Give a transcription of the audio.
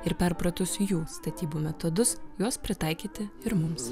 ir perpratus jų statybų metodus juos pritaikyti ir mums